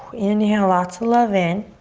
inhale lots of love in.